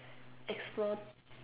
explore